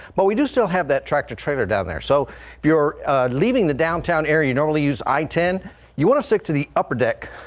but we do still have that tractor trailer down there so you're leaving the downtown area normally use i ten you want to stick to the upper downtown